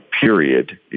period